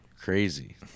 Crazy